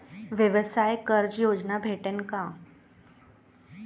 व्यवसाय कर्ज योजना भेटेन का?